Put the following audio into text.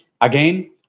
Again